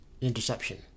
interception